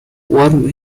warm